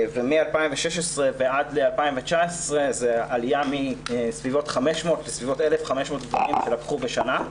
ומ-2016 עד 2019 זו עלייה מסביבות 500 לסביבות 1,500 גברים שלקחו בשנה,